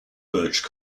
birch